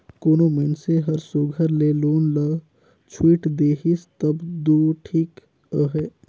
कोनो मइनसे हर सुग्घर ले लोन ल छुइट देहिस तब दो ठीक अहे